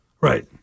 Right